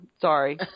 Sorry